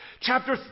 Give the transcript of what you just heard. Chapter